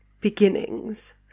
beginnings